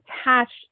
attached